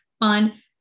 fun